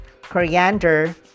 coriander